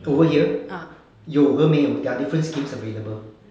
over here 有和没有 there are different schemes available